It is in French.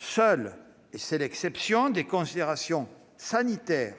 reportées. Seules des considérations sanitaires- c'est l'exception